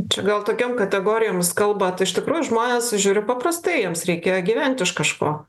čia gal tokiom kategorijoms kalbat iš tikrųjų žmonės žiūriu paprastai jiems reikėjo gyvent iš kažko